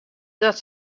dat